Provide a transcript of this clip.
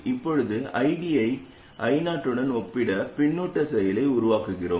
இப்போது ID யை I0 உடன் ஒப்பிட்டுப் பின்னூட்டச் செயலை உருவாக்குகிறோம்